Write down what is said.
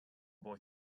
boy